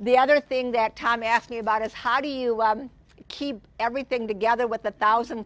the other thing that tom asked me about is how do you keep everything together with the thousand